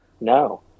No